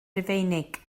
rufeinig